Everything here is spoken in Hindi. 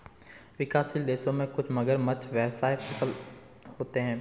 विकासशील देशों में कुछ मगरमच्छ व्यवसाय सफल होते हैं